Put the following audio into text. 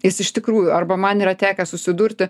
jis iš tikrųjų arba man yra tekę susidurti